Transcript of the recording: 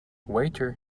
waiter